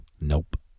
nope